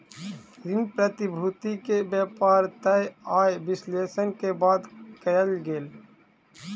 ऋण प्रतिभूति के व्यापार तय आय विश्लेषण के बाद कयल गेल